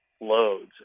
loads